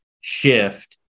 shift